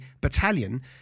battalion